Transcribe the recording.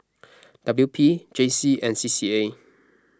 W P J C and C C A